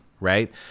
Right